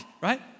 right